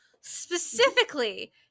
Specifically